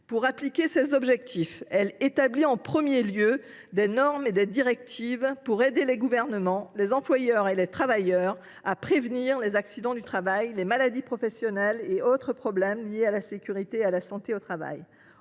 pour l’application de ces objectifs, elle établit des normes et des directives pour aider les gouvernements, les employeurs et les travailleurs à prévenir les accidents du travail, les maladies professionnelles et autres problèmes liés à la sécurité et à la santé au travail.